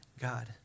God